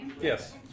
Yes